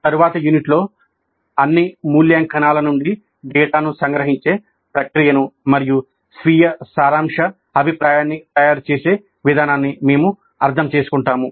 తరువాతి యూనిట్లో అన్ని మూల్యాంకనాల నుండి డేటాను సంగ్రహించే ప్రక్రియను మరియు స్వీయ సారాంశ అభిప్రాయాన్ని తయారుచేసే విధానాన్ని మేము అర్థం చేసుకుంటాము